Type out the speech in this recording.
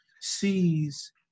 sees